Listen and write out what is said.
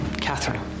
Catherine